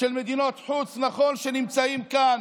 של מדינות חוץ שנמצאות כאן,